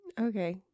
Okay